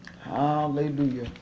Hallelujah